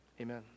Amen